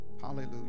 hallelujah